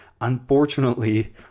unfortunately